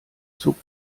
zog